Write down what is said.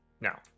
Now